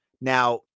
Now